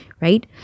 right